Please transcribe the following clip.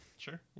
Sure